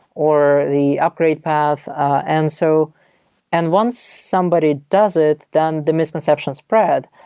or the upgrade path. and so and once somebody does it, then the misconception spread.